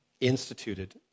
instituted